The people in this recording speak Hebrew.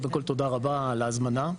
קודם כל תודה רבה על ההזמנה.